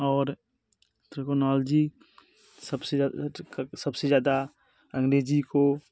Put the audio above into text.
और ट्रैकोनौलजी सब से ज़्यादा सब से ज़्यादा अंग्रेज़ी को